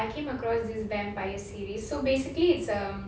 so ya I came across this vampire series so basically it's um